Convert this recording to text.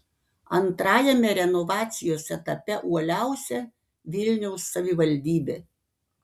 antrajame renovacijos etape uoliausia vilniaus savivaldybė